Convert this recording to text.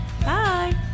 Bye